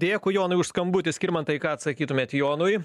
dėkui jomui už skambutį skirmantai ką atsakytumėt jonui